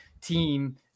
team